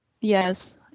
Yes